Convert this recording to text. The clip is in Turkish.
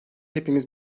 hepimiz